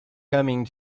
coming